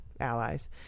allies